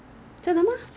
there are more steps